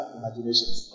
imaginations